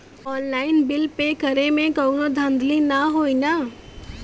Online bill pay करे में कौनो धांधली ना होई ना?